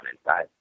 inside